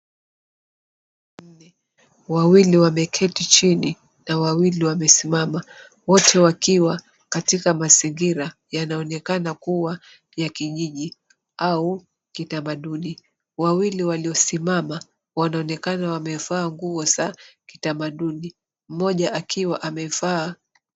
Wanne, wawili wameketi chini na wawili wamesimama, wote wakiwa katika mazingira yanaonekana kuwa ya kijiji au kitamaduni. Wawili waliosimama wanaonekana wameva nguo za kitamaduni, mmoja akiwa amevaa...